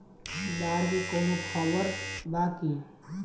बाढ़ के कवनों खबर बा की?